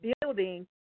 building